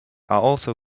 also